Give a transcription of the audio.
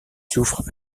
souffre